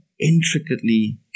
intricately